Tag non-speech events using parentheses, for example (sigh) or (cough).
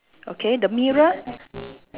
okay the mirror (noise)